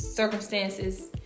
Circumstances